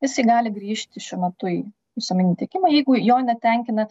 jisai gali grįžti šiuo metu į visuomeninį tiekimą jeigu jo netenkina